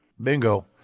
Bingo